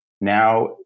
Now